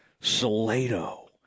Salado